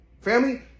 family